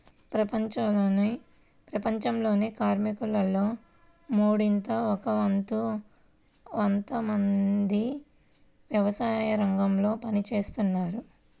ప్రపంచంలోని కార్మికులలో మూడింట ఒక వంతు మంది వ్యవసాయరంగంలో పని చేస్తున్నారు